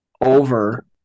over